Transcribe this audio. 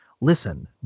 listen